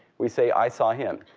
we say, i saw him.